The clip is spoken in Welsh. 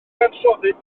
cyfansoddyn